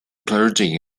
clergy